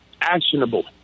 actionable